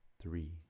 three